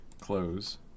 close